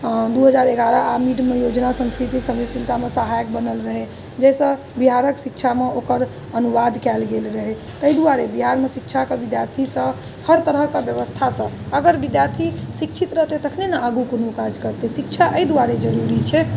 दू हजार एगारह आ मिड मील योजना संस्कृति मे सहायक बनल रहै जाहि से बिहारक शिक्षामे ओकर अनुवाद कयल गेल रहै ताहि दुआरे बिहारमे शिक्षाके विद्यार्थी सभ हर तरहके व्यवस्था सभ अगर विद्यार्थी शिक्षित रहतै तखने ने आगू कोनो काज करतै शिक्षा एहि दुआरे जरूरी छै